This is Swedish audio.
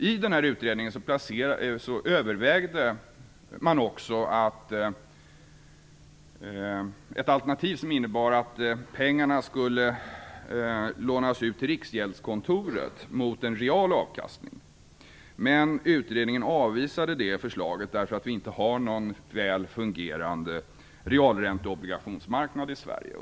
I utredningen övervägde man också ett alternativ som innebar att pengarna skulle lånas ut till Riksgäldskontoret mot en real avkastning. Men utredningen avvisade det förslaget därför att vi inte har någon väl fungerande realränteobligationsmarknad i Sverige.